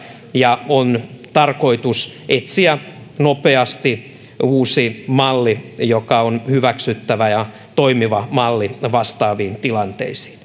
ja on tarkoitus etsiä nopeasti uusi malli joka on hyväksyttävä ja toimiva malli vastaaviin tilanteisiin